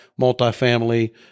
multifamily